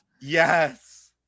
Yes